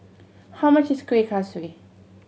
how much is Kueh Kaswi